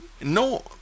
No